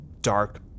dark